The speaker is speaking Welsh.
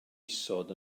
isod